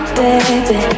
baby